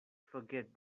forget